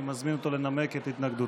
אני מזמין אותו לנמק את התנגדותו.